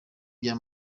bya